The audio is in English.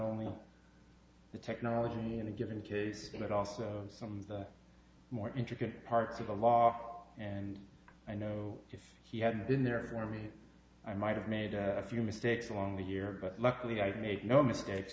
only the technology in a given case but also some more intricate parts of the law and i know if he hadn't been there for me i might have made a few mistakes along the year but luckily i've made no mistakes